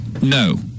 no